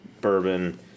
bourbon